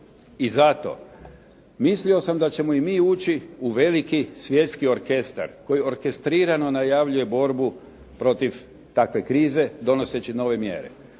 i zato mislio sam da ćemo i mi ući u veliki svjetski orkestar koji orkestrirano najavljuje borbu protiv takve krize donoseći nove mjere.